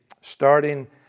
starting